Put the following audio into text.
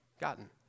gotten